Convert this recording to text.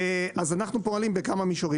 אנו פועלים בכמה מישורים.